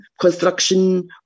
construction